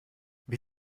wie